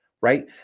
right